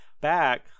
back